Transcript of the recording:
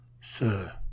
sir